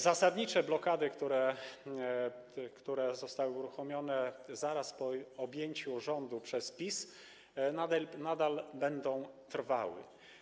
Zasadnicze blokady, które zostały uruchomione zaraz po objęciu rządu przez PiS, nadal będą trwały.